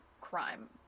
crime